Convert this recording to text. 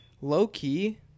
Low-key